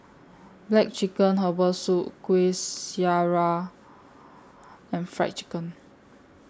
Black Chicken Herbal Soup Kuih Syara and Fried Chicken